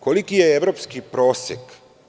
Koliki je evropski prosek?